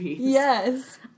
Yes